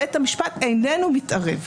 בית המשפט איננו מתערב.